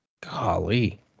golly